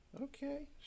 okay